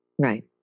right